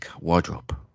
wardrobe